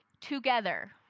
Together